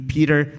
Peter